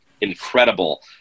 incredible